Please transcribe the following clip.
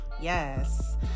Yes